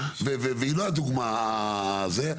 והיא לא הדוגמא זה,